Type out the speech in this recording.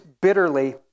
bitterly